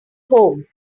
home